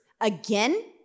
again